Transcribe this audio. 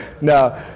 No